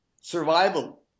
survival